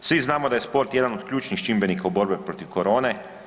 Svi znamo da je sport jedan od ključnih čimbenika u borbi protiv korone.